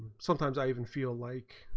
sometimes i even feel like